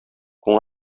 kun